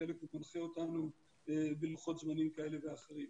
בחלק הוא מנחה אותנו בלוחות זמנים כאלה ואחרים.